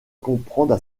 comprendre